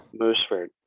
mooseford